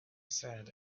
sad